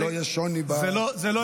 שלא יהיה שוני בתוצאה.